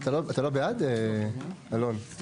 אתה לא בעד, אלון?